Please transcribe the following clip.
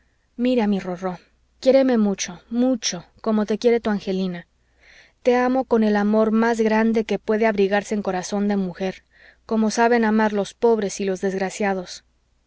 mira mi rorró quiéreme mucho mucho como te quiere tu angelina te amo con el amor más grande que puede abrigarse en corazón de mujer como saben amar los pobres y los desgraciados